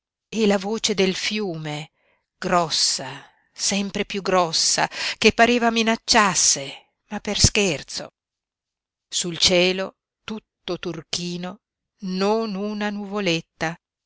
e la voce del fiume grossa sempre piú grossa che pareva minacciasse ma per scherzo sul cielo tutto turchino non una nuvoletta